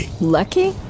Lucky